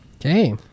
okay